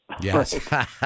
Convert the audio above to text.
yes